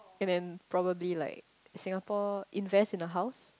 and then probably like Singapore invest in a house